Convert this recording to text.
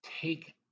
take